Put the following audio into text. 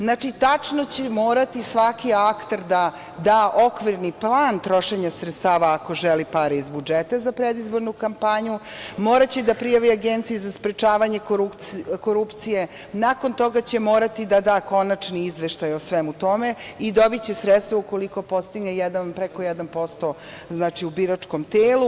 Znači, tačno ćemo morati svaki akter da da okvirni plan trošenja sredstava ako želi pare iz budžeta za predizbornu kampanju, moraće da prijavi Agenciji za sprečavanje korupcije, nakon toga ćemo morati da da konačni izveštaj o svemu tome i dobiće sredstva ukoliko postigne jedan preko 1% u biračkom telu.